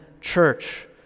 church